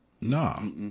no